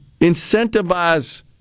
Incentivize